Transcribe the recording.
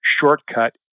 shortcut